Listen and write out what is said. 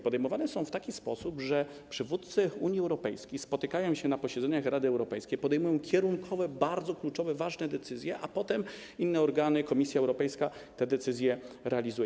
Podejmowane są w taki sposób, że przywódcy Unii Europejskiej spotykają się na posiedzeniach Rady Europejskiej, podejmują kierunkowe, bardzo kluczowe, ważne decyzje, a potem inne organy, Komisja Europejska te decyzje realizują.